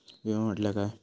विमा म्हटल्या काय?